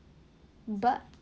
but